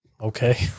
Okay